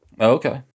Okay